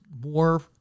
more